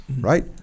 right